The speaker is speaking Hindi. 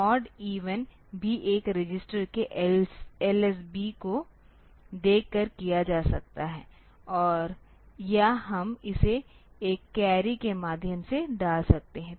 तो यह ओड इवन भी एक रजिस्टर के LSB को देखकर किया जा सकता है या हम इसे एक कैरी के माध्यम से डाल सकते हैं